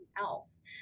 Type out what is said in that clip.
else